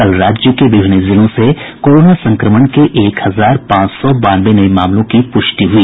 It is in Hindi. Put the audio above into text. कल राज्य के विभिन्न जिलों से कोरोना संक्रमण के एक हजार पांच सौ बानवे नये मामलों की पुष्टि हुई